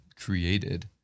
created